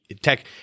tech